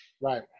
right